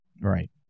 Right